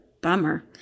bummer